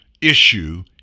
issue